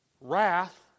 wrath